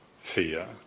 fear